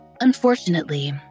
Unfortunately